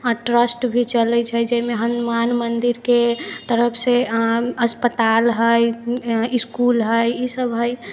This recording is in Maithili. ट्रस्ट भी चलै छै जाहिमे हनुमान मन्दिरके तरफसँ अस्पताल हइ इसकुल हइ ई सब हइ